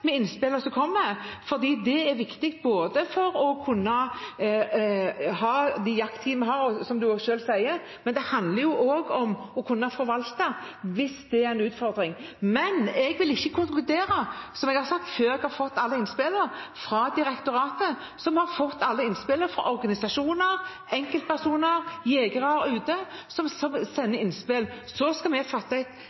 med de innspillene som kommer, for det er viktig for å kunne ha de jakttidene som vi har, som representanten selv sier, men det handler også om å kunne forvalte hvis det er en utfordring. Men jeg vil ikke konkludere, som jeg har sagt, før jeg har fått alle innspillene fra direktoratet, som har fått alle innspillene fra organisasjoner, enkeltpersoner, jegere som sender innspill. Så